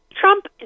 Trump